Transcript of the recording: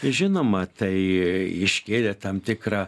žinoma tai iškėlė tam tikrą